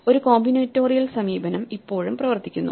ഒരു കോമ്പിനേറ്റോറിയൽസമീപനം ഇപ്പോഴും പ്രവർത്തിക്കുന്നു